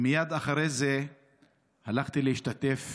מייד אחרי זה הלכתי להשתתף